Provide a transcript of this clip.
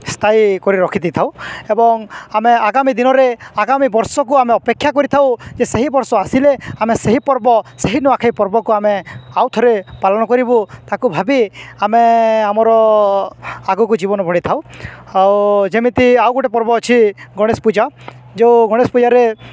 ସ୍ଥାୟୀ କରି ରଖିଦେଇଥାଉ ଏବଂ ଆମେ ଆଗାମୀ ଦିନରେ ଆଗାମୀ ବର୍ଷକୁ ଆମେ ଅପେକ୍ଷା କରିଥାଉ ଯେ ସେହି ବର୍ଷ ଆସିଲେ ଆମେ ସେହି ପର୍ବ ସେହି ନୂଆଖାଇ ପର୍ବକୁ ଆମେ ଆଉ ଥରେ ପାଳନ କରିବୁ ତାକୁ ଭାବି ଆମେ ଆମର ଆଗକୁ ଜୀବନ ବଢ଼ିଥାଉ ଆଉ ଯେମିତି ଆଉ ଗୋଟେ ପର୍ବ ଅଛି ଗଣେଶ ପୂଜା ଯେଉଁ ଗଣେଶ ପୂଜାରେ